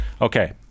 Okay